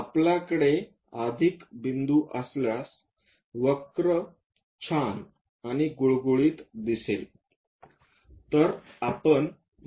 आपल्याकडे अधिक बिंदू असल्यास वक्र छान आणि गुळगुळीत दिसेल